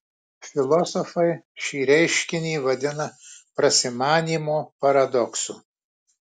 filosofai šį reiškinį vadina prasimanymo paradoksu